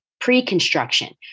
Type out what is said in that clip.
pre-construction